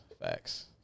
Facts